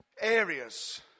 areas